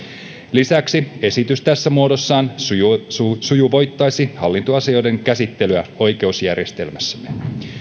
lisäksi esitys tässä muodossaan sujuvoittaisi sujuvoittaisi hallintoasioiden käsittelyä oikeusjärjestelmässämme